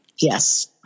Yes